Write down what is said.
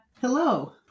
Hello